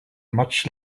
much